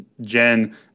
Jen